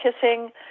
kissing